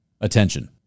attention